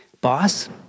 boss